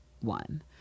one